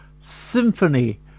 Symphony